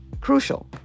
crucial